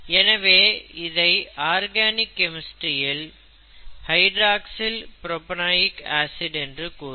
எனவே இதை organic chemistry யில் ஹைட்ராக்ஸில் புரோபநாய்க் ஆசிட் என்று கூறுவர்